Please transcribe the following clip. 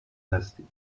هستی